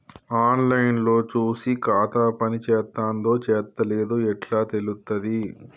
On line లో చూసి ఖాతా పనిచేత్తందో చేత్తలేదో ఎట్లా తెలుత్తది?